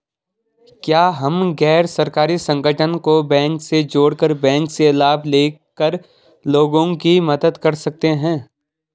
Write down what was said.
क्या हम गैर सरकारी संगठन को बैंक से जोड़ कर बैंक से लाभ ले कर लोगों की मदद कर सकते हैं?